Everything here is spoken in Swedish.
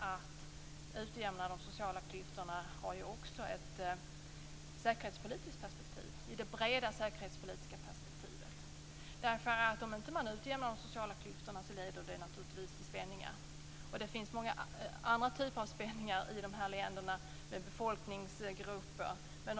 Att utjämna de sociala klyftorna har också en säkerhetspolitiskt betydelse sett i det breda säkerhetspolitiska perspektivet. Om man inte utjämnar de sociala skillnaderna leder det till spänningar. Det finns många andra typer av spänningar i dessa länder med olika befolkningsgrupper.